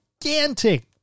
gigantic